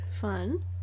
Fun